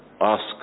ask